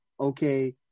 okay